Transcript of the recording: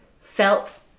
felt